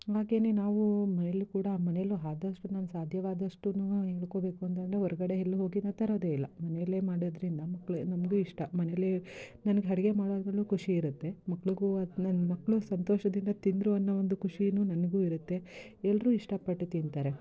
ಹಾಗೆಯೇ ನಾವೂ ಮನೆಯಲ್ಲೂ ಕೂಡ ಮನೆಯಲ್ಲು ಆದಷ್ಟು ನಾನು ಸಾಧ್ಯವಾದಷ್ಟುನು ಹೇಳ್ಕೊಬೇಕು ಅಂತಂದರೆ ಹೊರ್ಗಡೆ ಎಲ್ಲು ಹೋಗಿ ನಾ ತರೋದೆ ಇಲ್ಲ ಮನೆಯಲ್ಲೇ ಮಾಡೋದ್ರಿಂದ ಮಕ್ಳು ನಮಗೂ ಇಷ್ಟ ಮನೆಯಲ್ಲೇ ನನ್ಗೆ ಅಡ್ಗೆ ಮಾಡೋದರಲ್ಲೂ ಖುಷಿ ಇರುತ್ತೆ ಮಕ್ಳಿಗೂ ಅದು ನನ್ನ ಮಕ್ಕಳು ಸಂತೋಷದಿಂದ ತಿಂದರು ಅನ್ನೋ ಒಂದು ಖುಷಿ ನನಗೂ ಇರುತ್ತೆ ಎಲ್ಲರೂ ಇಷ್ಟಪಟ್ಟು ತಿಂತಾರೆ